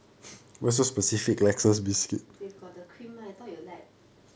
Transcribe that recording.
they got the cream mah I thought you like